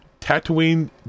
tatooine